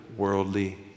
worldly